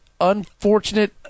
unfortunate